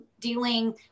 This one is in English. dealing